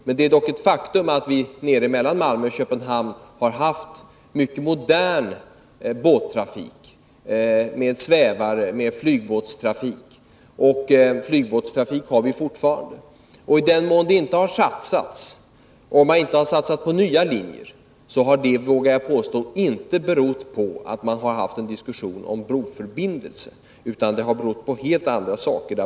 Det är dock ett faktum att vi mellan Malmö och Köpenhamn har haft mycket modern båttrafik med svävare och flygbåtar. Flygbåtstrafik har vi fortfarande, och i den mån man inte satsat på nya linjer har det, vågar 7 jag påstå, inte berott på att det förts en diskussion om broförbindelser, utan det har berott på helt andra saker.